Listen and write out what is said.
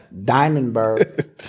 Diamondberg